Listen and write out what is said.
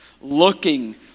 looking